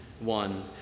one